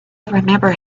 remember